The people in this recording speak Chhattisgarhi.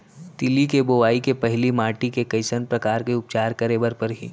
तिलि के बोआई के पहिली माटी के कइसन प्रकार के उपचार करे बर परही?